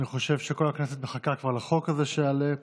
אני חושב שכל הכנסת מחכה כבר לחוק הזה שיעלה.